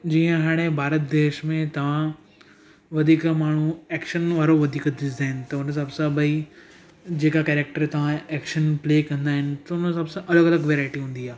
जीअं हाणे भारत देश में तव्हां वधीक माण्हू एक्शन वारो वधीक ॾिसंदा आहिनि त हुन हिसाब सां भई जेका कैरक्टर तव्हांजे एक्शन प्ले कंदा आहिनि त हुन हिसाब सां अलॻि अलॻि वैरायटी हूंदी आहे